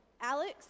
Alex